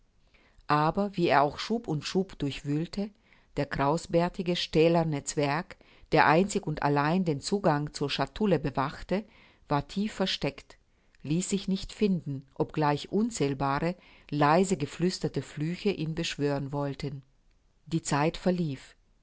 aber wie er auch schub um schub durchwühlte der krausbärtige stählerne zwerg der einzig und allein den zugang zur chatoulle bewachte war tief versteckt ließ sich nicht finden obgleich unzählbare leise geflüsterte flüche ihn beschwören wollten die zeit verlief